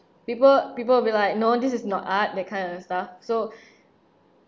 people people will be like no this is not art that kind of stuff so